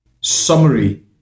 summary